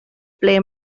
ble